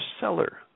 seller